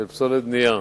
פסולת בנייה,